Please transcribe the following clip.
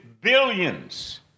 billions